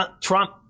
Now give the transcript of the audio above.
Trump